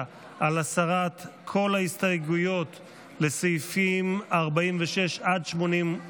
על הסרת כל ההסתייגויות לסעיפים 46 עד 88,